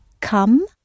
come